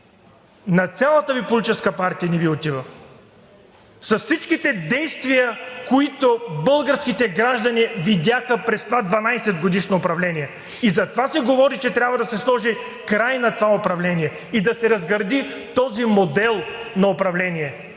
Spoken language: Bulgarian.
На цялата Ви политическа партия не Ви отива. С всичките действия, които българските граждани видяха през това 12-годишно управление. И затова се говори, че трябва да се сложи край на това управление и да се разгради този модел на управление.